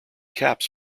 caps